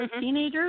teenagers